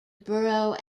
borough